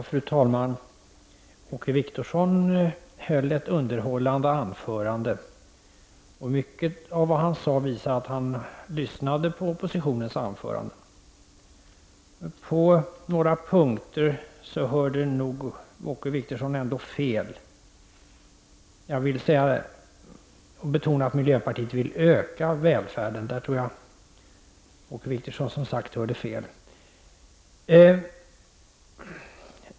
Fru talman! Åke Wictorsson höll ett underhållande anförande. Mycket av det som han sade visar att han har lyssnat på oppositionens anföranden. På några punkter hörde nog Åke Wictorsson fel. Jag vill betona att miljöpartiet vill öka välfärden. Jag tror att Åke Wictorsson hörde fel i detta avseende.